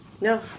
No